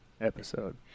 episode